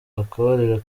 akabariro